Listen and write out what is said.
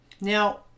Now